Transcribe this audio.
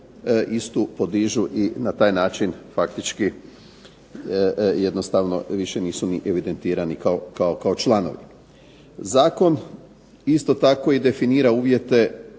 istu podižu i na taj način faktički jednostavno više nisu ni evidentirani kao članovi. Zakon isto tako i definira uvjete,